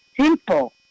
simple